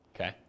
okay